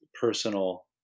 personal